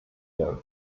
girls